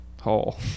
hole